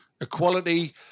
Equality